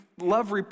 Love